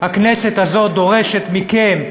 הכנסת הזאת דורשת מכם,